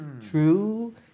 true